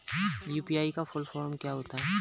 UPI की full form क्या है?